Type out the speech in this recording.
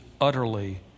utterly